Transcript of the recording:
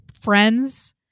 friends